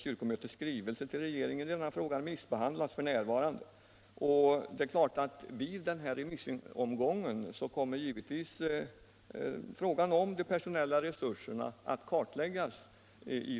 Kyrkomötets skrivelse till regeringen i denna fråga remissbehandlas f. n., och vid den remissomgången kommer givetvis behovet av personella resurser att kartläggas.